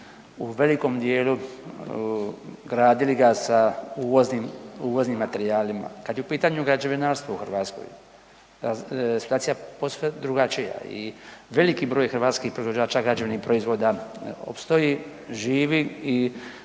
u velikom djelu gradili sa uvoznim materijalima. Kad je u pitanju građevinarstvo u Hrvatskoj, situacija je posve drugačija i veliki broj hrvatskih proizvođača građevnih proizvoda opstoji, živi i